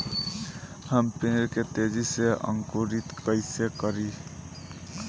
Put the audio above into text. हम पेड़ के तेजी से अंकुरित कईसे करि?